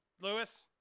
Lewis